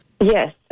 Yes